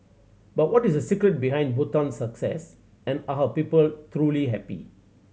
but what is the secret behind Bhutan's success and are her people truly happy